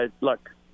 look